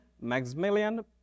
Maximilian